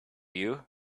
you